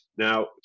Now